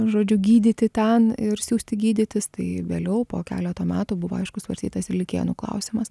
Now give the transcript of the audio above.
žodžiu gydyti ten ir siųsti gydytis tai vėliau po keleto metų buvo aišku svarstytas ir likėnų klausimas